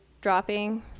dropping